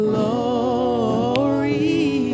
Glory